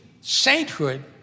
sainthood